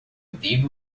digo